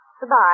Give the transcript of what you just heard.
Goodbye